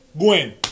Gwen